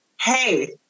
Hey